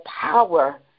power